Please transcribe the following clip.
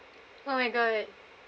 oh my god